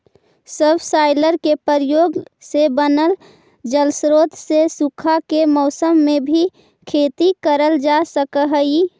subsoiler के प्रयोग से बनल जलस्रोत से सूखा के मौसम में भी खेती करल जा सकऽ हई